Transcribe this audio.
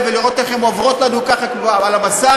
ולראות איך הם עוברות לנו ככה על המסך?